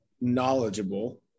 knowledgeable